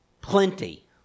Plenty